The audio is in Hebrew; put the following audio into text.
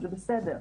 זה בסדר.